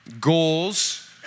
goals